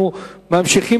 אנחנו ממשיכים